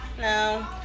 No